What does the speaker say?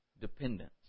dependence